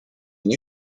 nie